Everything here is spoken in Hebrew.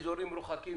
שאזורים מרוחקים,